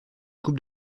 coupe